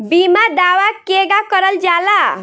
बीमा दावा केगा करल जाला?